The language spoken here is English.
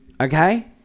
Okay